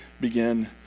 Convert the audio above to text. begin